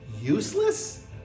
useless